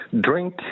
Drink